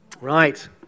Right